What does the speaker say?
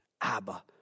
Abba